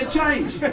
change